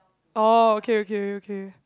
oh okay okay okay